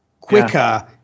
quicker